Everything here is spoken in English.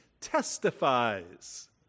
testifies